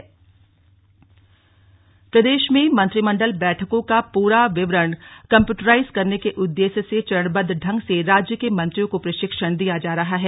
ई cabinet प्रदेश में मंत्रिमण्डल बैठकों का पूरा विवरण कम्प्यूटराइज्ड करने के उद्देश्य से चरणबद्व ढंग से राज्य के मंत्रियों को प्रशिक्षण दिया जा रहा है